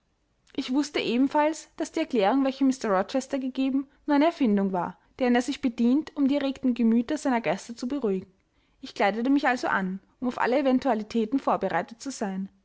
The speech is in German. ich wußte ebenfalls daß die erklärung welche mr rochester gegeben nur eine erfindung war deren er sich bedient um die erregten gemüter seiner gäste zu beruhigen ich kleidete mich also an um auf alle eventualitäten vorbereitet zu sein